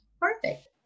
Perfect